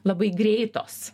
labai greitos